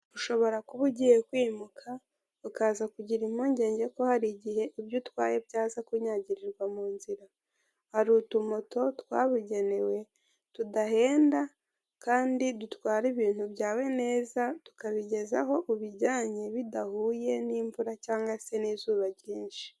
Ushobora kuba ugiye kwimuka, ukaza kugira impungenge ko hari igihe ibyo utwaye byaza kunyagirirwa mu nzira, hari utumoto twabugenewe tudahenda kandi dutwara ibintu byawe neza, tukabigeza aho ubijyanye bidahuye n'imvura cyangwa se n'izuba ryinshi.